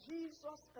Jesus